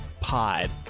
Pod